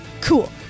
Cool